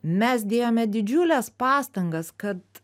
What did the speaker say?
mes dėjome didžiules pastangas kad